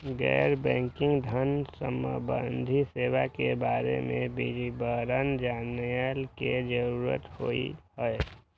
गैर बैंकिंग धान सम्बन्धी सेवा के बारे में विवरण जानय के जरुरत होय हय?